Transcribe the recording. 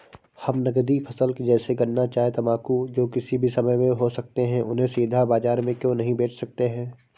हम नगदी फसल जैसे गन्ना चाय तंबाकू जो किसी भी समय में हो सकते हैं उन्हें सीधा बाजार में क्यो नहीं बेच सकते हैं?